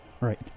Right